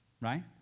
right